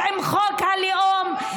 שדווקא יביאו חוק שיתעמת עם חוק הלאום,